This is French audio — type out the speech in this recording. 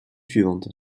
suivante